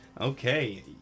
Okay